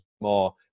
more